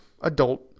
adult